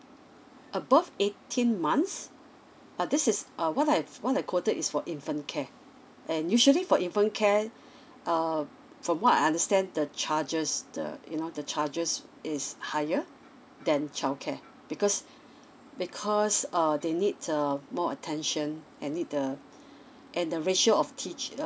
above eighteen months but this is uh what I have what I quoted is for infant care and usually for infant care err from what I understand the charges the you know the charges is higher than childcare because because err they need uh more attention and need the and the ratio of teach